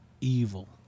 evil